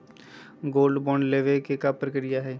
Gold bond लेवे के का प्रक्रिया हई?